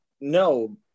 no